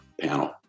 panel